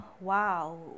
Wow